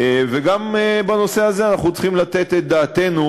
אומה ערבית שכל היום רוצחת, האחד את השני,